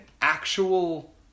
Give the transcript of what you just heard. actual